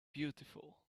beautiful